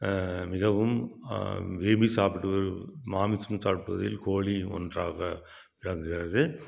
மிகவும் விரும்பி சாப்பிடுவ மாமிசம் சாப்பிடுவதில் கோழி ஒன்றாக கருதுகிறது